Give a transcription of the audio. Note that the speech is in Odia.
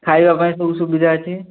ଖାଇବା ପାଇଁ ସବୁ ସୁବିଧା ଅଛି